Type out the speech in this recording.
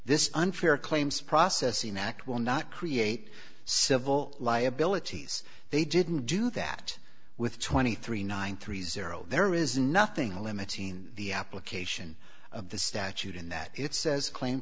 this unfair claims processing act will not create civil liabilities they didn't do that with twenty three nine three zero there is nothing limiting the application of the statute in that it says claim